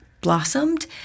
blossomed